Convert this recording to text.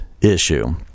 issue